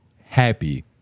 happy